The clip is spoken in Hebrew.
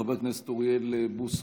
חבר הכנסת אוריאל בוסו,